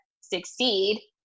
succeed